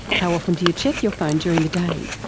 how often do you check your phone during the day?